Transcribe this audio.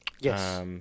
Yes